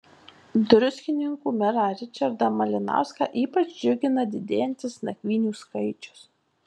druskininkų merą ričardą malinauską ypač džiugina didėjantis nakvynių skaičius